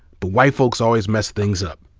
but white folks always mess things up.